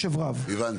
בזה.